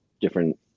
different